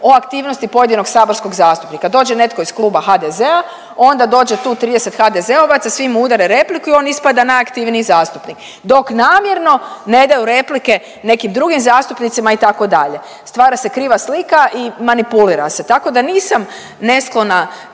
o aktivnosti pojedinog saborskog zastupnika, dođe netko iz Kluba HDZ-a, onda dođe tu 30 HDZ-ovaca, svi mu udare repliku i on ispada najaktivniji zastupnik, dok namjerno ne daju replike nekim drugim zastupnicima itd., stvara se kriva slika i manipulira se, tako da nisam nesklona